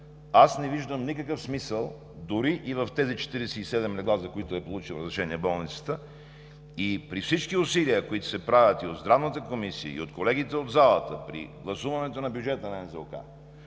– не виждам никакъв смисъл дори в тези 47 легла, за които е получила разрешение болницата. При всички усилия, които се правят и от Здравната комисия, и от колегите в залата при гласуването на бюджета на НЗОК,